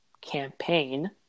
campaign